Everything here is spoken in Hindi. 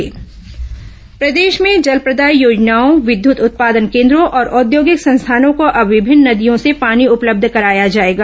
पेयजल समिति बैठक प्रदेश में जलप्रदाय योजनाओं विद्युत उत्पादन केन्द्रों और औद्योगिक संस्थानों को अब विभिन्न नदियों से पानी उपलब्ध कराया जाएगा